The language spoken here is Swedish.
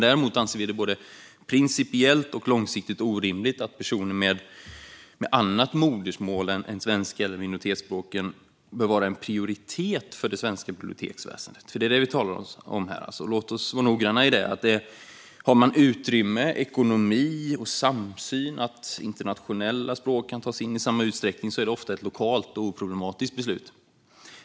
Däremot anser vi det både principiellt och långsiktigt orimligt att personer med annat modersmål än svenska utöver de nationella minoritetsspråken ska vara en prioritet för det svenska biblioteksväsendet, för det är det vi talar om här. Låt oss vara noggranna med det. Har man utrymme, ekonomi och samsyn om att internationella språk kan tas in i samma utsträckning är det ofta ett lokalt och oproblematiskt beslut.